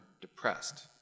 depressed